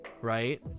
right